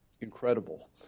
incredible